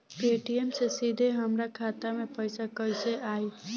Paytm से सीधे हमरा खाता मे पईसा कइसे आई?